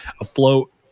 afloat